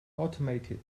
automated